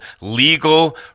legal